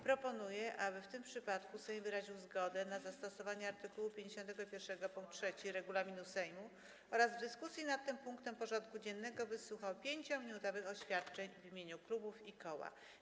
Proponuję, aby w tym przypadku Sejm wyraził zgodę na zastosowanie art. 51 pkt 3 regulaminu Sejmu oraz w dyskusji nad tym punktem porządku dziennego wysłuchał 5-minutowych oświadczeń w imieniu klubów i koła.